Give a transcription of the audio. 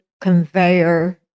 conveyor